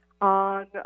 on